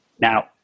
Now